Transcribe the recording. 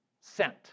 sent